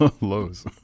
lows